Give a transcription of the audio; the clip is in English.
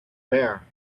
bear